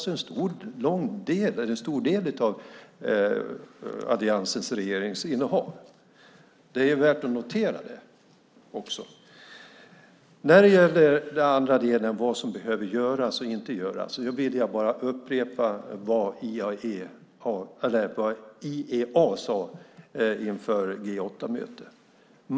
Den är alltså en stor del av alliansregeringens innehåll. Det är värt att notera. När det gäller den andra delen, vad som behöver göras och inte göras, vill jag bara upprepa vad IEA sade inför G 8-mötet.